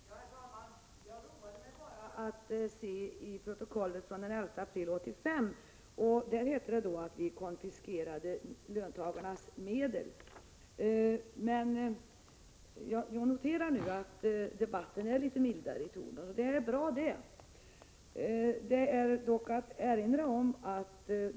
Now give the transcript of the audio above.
Herr talman! Jag roade mig med att studera protokollet från den 11 april 1985. Det hette då att vi konfiskerade löntagarnas medel. Jag noterar att debatten nu är litet mildare i tonen, och det är bra. Jag vill dock erinra om att det tydligen är helt O.K.